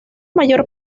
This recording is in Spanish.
mayor